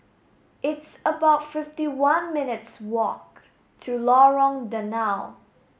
it's about fifty one minutes' walk to Lorong Danau